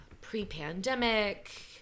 pre-pandemic